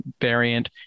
variant